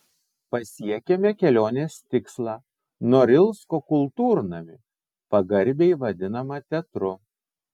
pasiekėme kelionės tikslą norilsko kultūrnamį pagarbiai vadinamą teatru